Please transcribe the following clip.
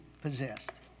possessed